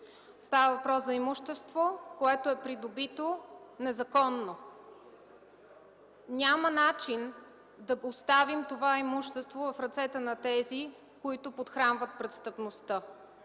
Става въпрос за имущество, което е придобито незаконно. Няма начин да поставим това имущество в ръцете на тези, които подхранват престъпността.